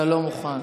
אתה לא מוכן.